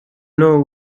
know